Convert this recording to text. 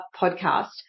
Podcast